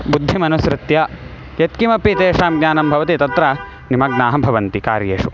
बुद्धिमनुसृत्य यत्किमपि तेषां ज्ञानं भवति तत्र निमग्नाः भवन्ति कार्येषु